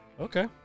Okay